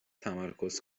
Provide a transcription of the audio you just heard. تمرکز